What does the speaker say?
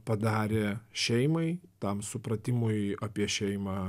padarė šeimai tam supratimui apie šeimą